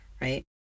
right